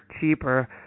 cheaper